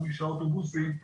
חמישה אוטובוסים,